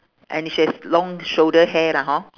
and she has long shoulder hair lah hor